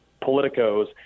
politicos